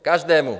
Každému.